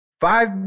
five